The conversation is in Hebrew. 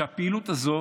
הפעילות הזאת